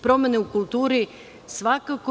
Promene u kulturi, svakako.